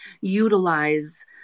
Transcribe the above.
utilize